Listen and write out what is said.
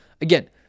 Again